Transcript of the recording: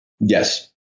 Yes